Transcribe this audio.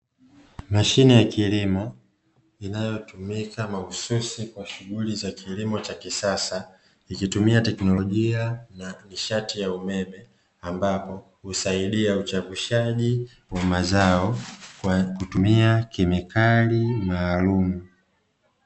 Mashine ya kilimo inayotumika maahususi kwa shughuli za kilimo cha kisasa ikitumia teknolojia na nishati ya umeme ambapo husaidia uchavushaji wa mazao kwa kutumia kemikali maalumu.